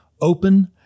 open